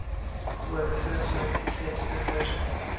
were the first words he said to the surgeon,